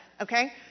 Okay